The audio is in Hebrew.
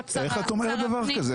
שר הפנים --- איך את אומרת דבר כזה?